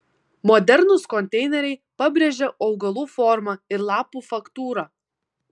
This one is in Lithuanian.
modernūs konteineriai pabrėžia augalų formą ir lapų faktūrą